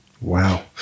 Wow